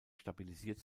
stabilisiert